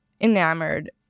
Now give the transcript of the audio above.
enamored